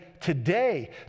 today